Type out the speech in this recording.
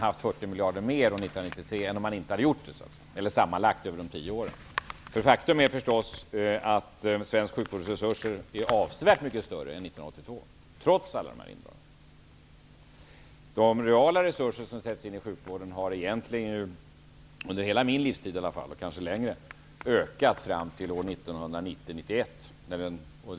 miljarder mer sammanlagt över de tio åren. Faktum är att svensk sjukvårds resurser är avsevärt mycket större nu än 1982, trots alla indragningar. De reala resurser som sätts in i sjukvården har egentligen under hela min livstid i alla fall, kanske längre, ökat fram till 1990/91.